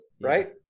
right